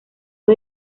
los